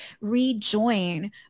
rejoin